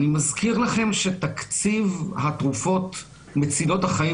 אני מזכיר לכם שתקציב התרופות מצילות החיים